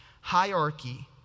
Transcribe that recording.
hierarchy